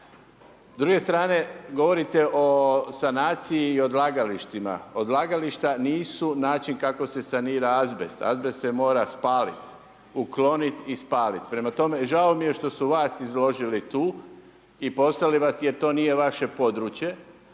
S druge strane govorite o sanaciji i odlagalištima. Odlagališta nisu način kako se sanira azbest, azbest se mora spaliti, uklonit i spalit, prema tome, žao mi je što su vas izložili tu i poslali vas jer to nije vaše područje,